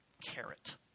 carrot